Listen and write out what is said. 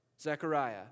Zechariah